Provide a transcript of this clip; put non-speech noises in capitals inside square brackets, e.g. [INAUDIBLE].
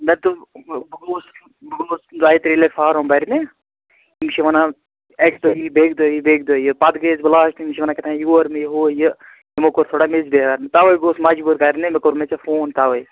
مےٚ دوٚپ بہٕ گوٚوُس بہٕ گوٚوُس دۄیہِ ترٛیٚیہِ لٹہِ فارم برنہِ یہِ چھِ وَنان اَکہِ دۄہ یی بٮ۪کہِ دۄہ یی بٮ۪کہِ دۄہ یی پتہٕ گٔیس بہٕ [UNINTELLIGIBLE] یِم چھِ وَنان کہتانۍ یور نہِ یہِ ہُہ یہِ یِمو کوٚر تھوڑا مِس بِہیور توے گوس مجبوٗر کَرنہِ مےٚ کوٚر مے ژے فون تَوے